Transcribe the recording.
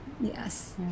Yes